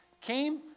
came